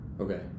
Okay